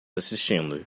assistindo